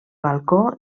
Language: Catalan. balcó